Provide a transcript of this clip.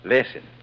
Listen